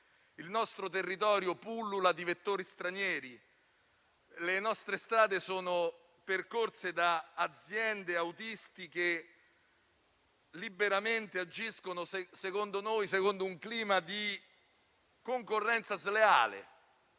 Il nostro territorio pullula di vettori stranieri; le nostre strade sono percorse da aziende di autisti che agiscono - secondo noi - in un clima di concorrenza sleale